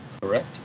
correct